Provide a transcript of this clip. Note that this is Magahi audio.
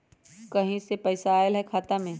कहीं से पैसा आएल हैं खाता में?